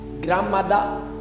grandmother